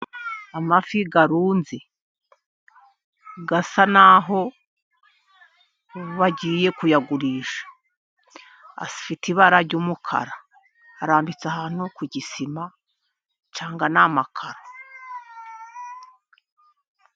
Amafi arunze asa n'aho bagiye kuyagurisha, afite ibara ry'umukara, ararambitse ahantu ku gisima, cyangwa ni amakaro.